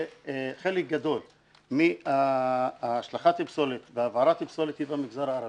חלק גדול מהשלכת פסולת והעברת פסולת במגזר הערבי,